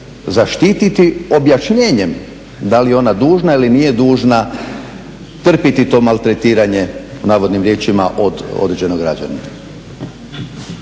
zaštititi objašnjenjem da li je ona dužna ili nije dužna trpiti to maltretiranje po navodnim riječima od određenog građanina.